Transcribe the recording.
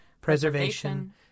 preservation